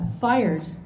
fired